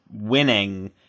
winning